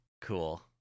cool